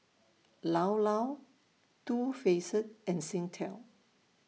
Llao Llao Too Faced and Singtel